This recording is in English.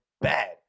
bad